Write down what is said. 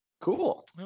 Cool